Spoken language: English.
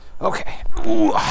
Okay